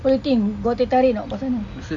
what do you think got teh tarik or not dekat sana